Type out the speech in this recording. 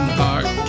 heart